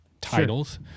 titles